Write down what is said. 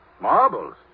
Marbles